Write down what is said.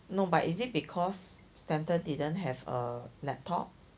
no but is it because stanton didn't have a laptop